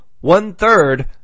one-third